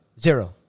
Zero